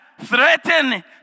threaten